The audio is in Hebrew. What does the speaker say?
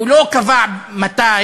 הוא לא קבע מתי,